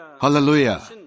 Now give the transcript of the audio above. Hallelujah